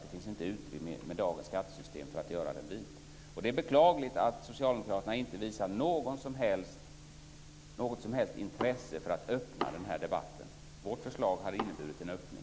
Det finns inte utrymme i dagens skattesystem för att göra den vit. Det är beklagligt att Socialdemokraterna inte visar något som helst intresse för att öppna debatten. Vårt förslag hade inneburit en öppning.